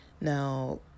Now